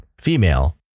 female